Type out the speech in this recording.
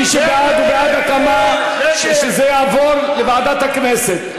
מי שבעד הוא בעד שזה יעבור לוועדת הכנסת.